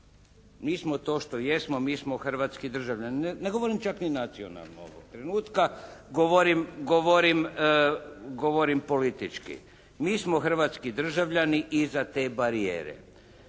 Mi smo to što jesmo. Mi smo hrvatski državljani, ne govorim čak ni nacionalno ovog trenutka, govorim politički. Mi smo hrvatski državljani iza te barijere.